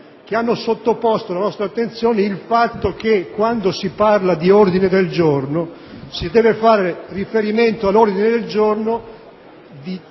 Essi hanno sottoposto alla nostra attenzione il fatto che, quando si parla di ordine del giorno, si deve fare riferimento all'ordine del giorno di tutta